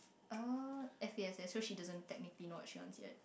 oh as in as social she doesn't technically knock one yet